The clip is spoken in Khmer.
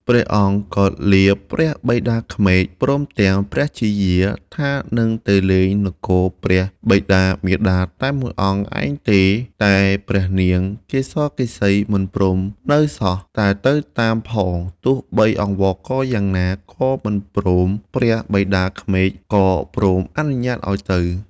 ព្រះអង្គក៏លាព្រះបិតាក្មេក ព្រមទាំង ព្រះជាយា ថានឹងទៅលេងនគរព្រះបិតា-មាតាតែ ១ អង្គឯងទេ តែព្រះនាងកេសកេសីមិនព្រមនៅសោះ សុខចិត្តតែទៅតាមផង ទោះបីអង្វរករយ៉ាងណាក៏មិនព្រមព្រះបិតាក្មេក ក៏ព្រមអនុញ្ញាតឲ្យទៅ។